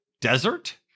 Desert